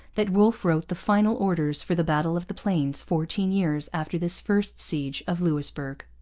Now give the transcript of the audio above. that wolfe wrote the final orders for the battle of the plains fourteen years after this first siege of louisbourg.